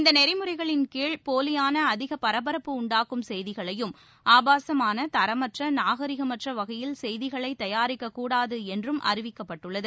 இந்த நெறிமுறைகளின் கீழ போலியான அதிக பரபரப்பு உண்டாக்கும் செய்திகளையும் ஆபாசமான தரமற்ற நாகரிகமற்ற வகையில் செய்திகளை தயாரிக்கக் கூடாது என்று அறிவிக்கப்பட்டுள்ளது